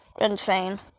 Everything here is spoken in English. insane